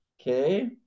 okay